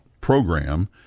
program